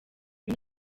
uyu